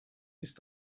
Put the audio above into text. ist